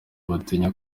batinya